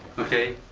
ok